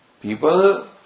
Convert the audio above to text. People